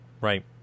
Right